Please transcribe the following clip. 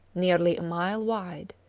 nearly a mile wide,